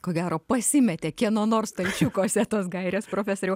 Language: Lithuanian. ko gero pasimetė kieno nors stalčiukuose tos gairės profesoriau